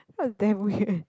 that was damn weird